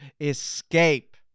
escape